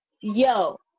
yo